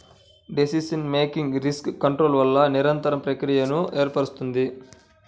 decision making risk కంట్రోల్ల నిరంతర ప్రక్రియను ఏర్పరుస్తుంది